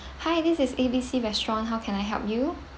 hi this is A B C restaurant how can I help you